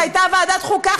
שהייתה ועדת החוקה,